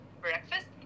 breakfast